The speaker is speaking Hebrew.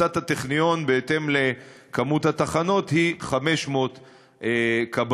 כשהמלצת הטכניון בהתאם לכמות התחנות היא 500 כבאיות.